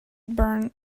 burn